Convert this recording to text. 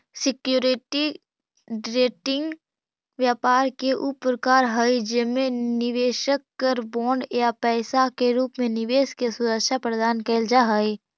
security trading व्यापार के ऊ प्रकार हई जेमे निवेशक कर बॉन्ड या पैसा के रूप में निवेश के सुरक्षा प्रदान कैल जा हइ